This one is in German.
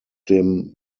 dem